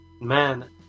man